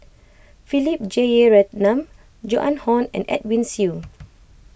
Philip Jeyaretnam Joan Hon and Edwin Siew